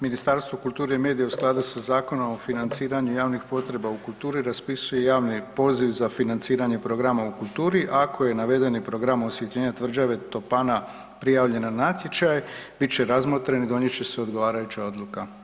Ministarstvo kulture i medija u skladu sa Zakonom o financiranju javnih potreba u kulturi raspisuje javni poziv za financiranje programa u kulturi ako je navedeni program „Osvjetljenje tvrđave Topana“ prijavljen na natječaj, bit će razmotren i donijet će se odgovarajuća odluka.